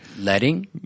Letting